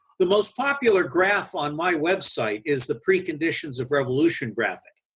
the most popular graph on my website is the preconditions of revolution graphic,